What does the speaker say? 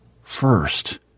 first